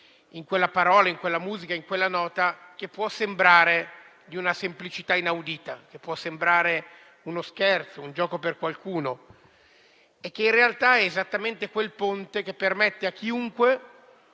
in quella parola, in quella musica, in quella nota che possono sembrare di una semplicità inaudita, che possono sembrare uno scherzo, un gioco per qualcuno, quando in realtà sono esattamente quel ponte che permette a chiunque